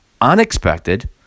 unexpected